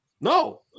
no